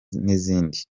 n’izindi